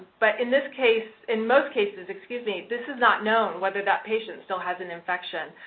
but in this case, in most cases, excuse me, this is not known whether that patient still has an infection.